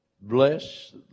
bless